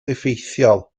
effeithiol